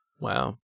Wow